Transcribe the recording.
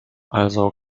also